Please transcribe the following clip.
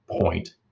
point